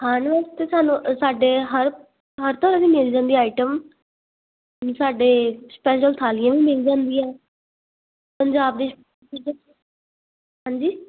ਖਾਣ ਵਾਸਤੇ ਸਾਨੂੰ ਸਾਡੇ ਹਰ ਹਰ ਤਰਹਾਂ ਦੀ ਮਿਲ ਜਾਂਦੀ ਆਈਟਮ ਸਾਡੇ ਸਪੈਸ਼ਲ ਥਾਲੀਆਂ ਵੀ ਮਿਲ ਜਾਂਦੀਆਂ ਪੰਜਾਬ ਦੀ ਹਾਂਜੀ